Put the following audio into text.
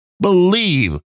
believe